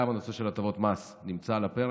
גם הנושא של הטבות מס נמצא על הפרק.